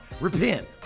Repent